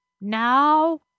now